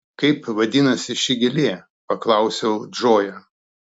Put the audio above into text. kaip vadinasi ši gėlė paklausiau džoją